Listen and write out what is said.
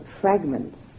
fragments